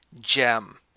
Gem